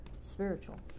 spiritual